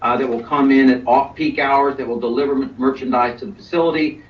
ah that will come in at off peak hours that will deliver merchandise to the facility.